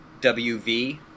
WV